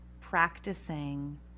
practicing